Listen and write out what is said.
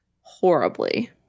horribly